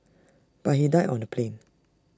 but he died on the plane